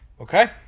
Okay